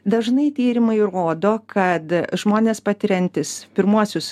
dažnai tyrimai rodo kad žmonės patiriantys pirmuosius